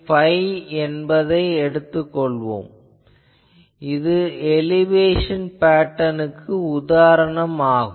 எனவே phi என்பதை எடுத்துக் கொள்வோம் இது எலிவேஷன் பேட்டர்னுக்கு உதாரணம் ஆகும்